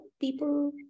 people